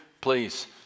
please